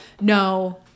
No